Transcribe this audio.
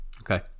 Okay